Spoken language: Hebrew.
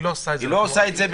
היא לא עושה את זה.